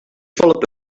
followed